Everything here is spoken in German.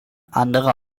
andere